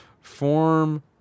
form